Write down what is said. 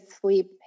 sleep